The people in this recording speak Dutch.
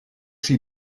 zie